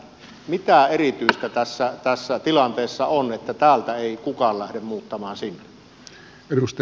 mitä erityistä tässä tilanteessa on että täältä ei kukaan lähde muuttamaan sinne